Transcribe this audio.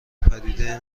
پدیده